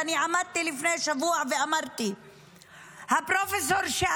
אני עמדתי לפני שבוע ואמרתי שהפרופ' מהאוניברסיטה